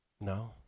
No